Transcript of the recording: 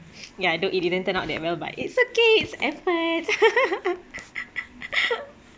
ya though it didn't turn out that well but it's okay it's effort